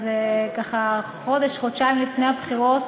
אז ככה, חודש-חודשיים לפני הבחירות,